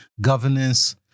governance